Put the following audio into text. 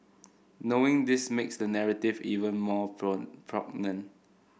knowing this makes the narrative even more poignant